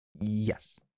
Yes